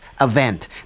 event